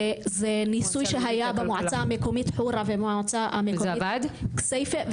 זה ניסוי שהיה במועצה המקומית קורה והמועצה המקומית כסייפה.